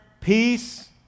peace